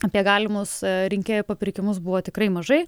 apie galimus rinkėjų papirkimus buvo tikrai mažai